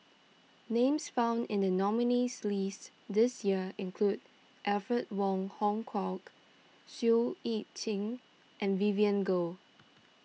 names found in the nominees' list this year include Alfred Wong Hong Kwok Seow Yit Qin and Vivien Goh